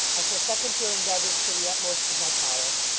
i shall second your endeavours to the utmost of my power.